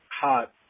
hot